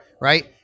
right